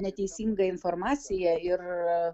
neteisingą informaciją ir